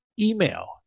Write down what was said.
email